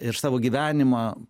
ir savo gyvenimą